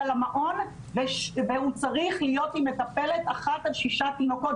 למעון והוא צריך להיות עם מטפלת אחת על שישה תינוקות.